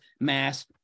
mass